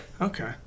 Okay